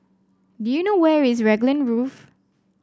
do you know where is Raglan Grove